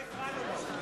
לא הפרענו לו.